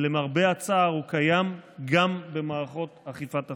ולמרבה הצער הוא קיים גם במערכות אכיפת החוק.